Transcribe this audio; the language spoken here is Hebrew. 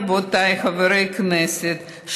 רבותיי חברי הכנסת,